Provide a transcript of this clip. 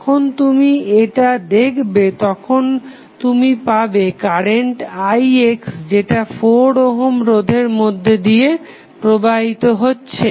যখন তুমি এটা দেখবে তখন তুমি পাবে কারেন্ট ix যেটা 4 ওহম রোধের মধ্যে দিয়ে প্রবাহিত হচ্ছে